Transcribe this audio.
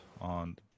on